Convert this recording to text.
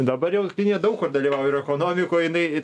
dabar jau kinija daug kur dalyvauja ir ekonomikoj jinai